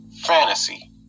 fantasy